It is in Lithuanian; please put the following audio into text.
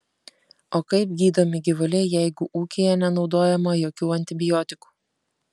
o kaip gydomi gyvuliai jeigu ūkyje nenaudojama jokių antibiotikų